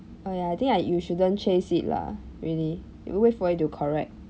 oh ya I think I you shouldn't chase it lah really you wait for it to correct